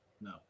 No